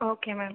okay ma'am